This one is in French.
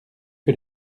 que